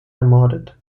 ermordet